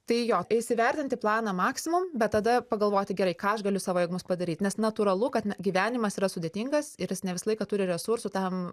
tai jo įsivertinti planą maksimum bet tada pagalvoti gerai ką aš galiu savo jėgomis padaryt nes natūralu kad na gyvenimas yra sudėtingas ir jis ne visą laiką turi resursų tam